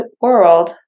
world